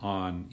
on